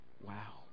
Wow